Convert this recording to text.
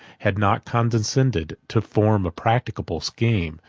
had not condescended to form a practicable scheme,